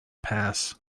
pass